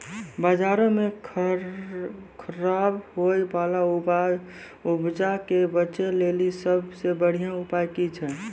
बजारो मे खराब होय बाला उपजा के बेचै लेली सभ से बढिया उपाय कि छै?